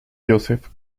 joseph